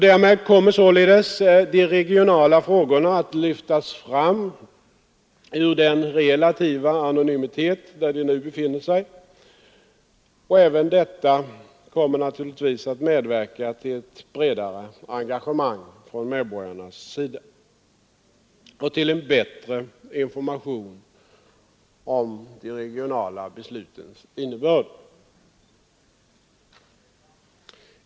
Därmed kommer således de regionala frågorna att lyftas fram ur den relativa anonymitet där de nu befinner sig, och även detta kommer naturligtvis att medverka till ett bredare engagemang från medborgarnas sida och till en bättre information om beslutens innebörd.